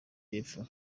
y’epfo